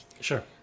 Sure